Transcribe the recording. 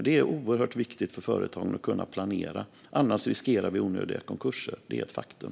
Det är oerhört viktigt för företagen att kunna planera. Annars riskerar vi onödiga konkurser. Det är ett faktum.